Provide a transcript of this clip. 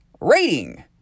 rating